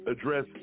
address